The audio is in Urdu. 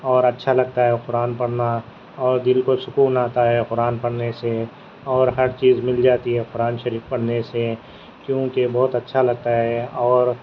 اور اچھا لگتا ہے قرآن پڑھنا اور دل کو سکون آتا ہے قرآن پڑھنے سے اور ہر چیز مل جاتی ہے قرآن شریف پڑھنے سے کیوںکہ بہت اچھا لگتا ہے اور